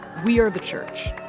we are the church,